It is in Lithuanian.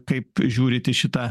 kaip žiūrit į šitą